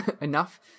enough